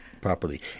properly